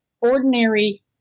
ordinary